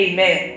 Amen